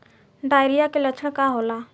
Diarrhoea के लक्षण का होला?